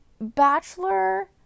Bachelor